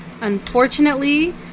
unfortunately